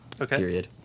Okay